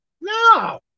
No